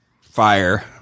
Fire